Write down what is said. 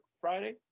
Friday